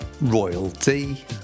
Royalty